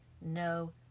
no